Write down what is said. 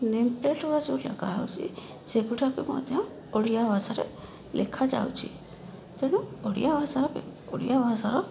name plate ଗୁଡ଼ା ଯୋଉ ଲଗାହେଉଛି ସେଗୁଡ଼ାକ ମଧ୍ୟ ଓଡ଼ିଆ ଭାଷାରେ ଲେଖା ଯାଉଛି ତେଣୁ ଓଡ଼ିଆ ଭାଷାର ଓଡ଼ିଆ ଭାଷାର